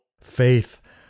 faith